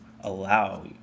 allow